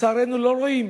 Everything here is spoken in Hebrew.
ולצערנו לא רואים